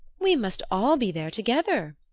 we must all be there together.